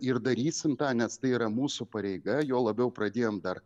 ir darysim tą nes tai yra mūsų pareiga juo labiau pradėjom dar